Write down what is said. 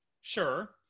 sure